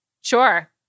Sure